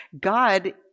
God